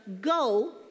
go